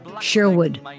Sherwood